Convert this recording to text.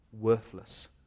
worthless